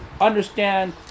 understand